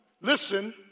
listen